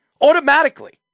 Automatically